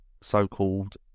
so-called